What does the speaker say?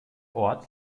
ort